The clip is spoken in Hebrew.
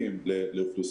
הלוואות,